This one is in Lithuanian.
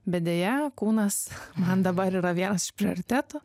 bet deja kūnas man dabar yra vienas iš prioritetų